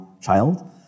child